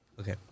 Okay